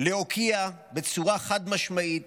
להוקיע בצורה חד-משמעית,